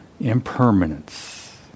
impermanence